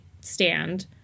stand